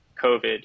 COVID